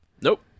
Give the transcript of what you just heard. Nope